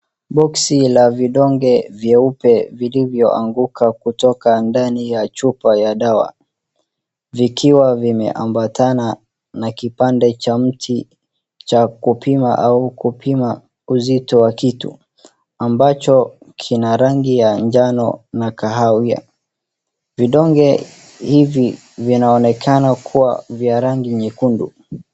Boksi la vidonge vieupe vilivyoanguka kutoka ndani ya chupa ya dawa vikiwa vimeambatana na kipande cha mti cha kupima au kupima uzito wa kitu ambacho kina rangi ya njano na kahawia. Vidonge hivi vinaonekana kuwa vya rangi nyekundu.